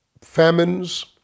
famines